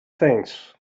things